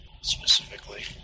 Specifically